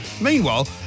Meanwhile